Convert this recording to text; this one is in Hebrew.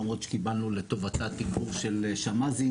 למרות שקיבלנו לטובתה תגבור של שמ"זים,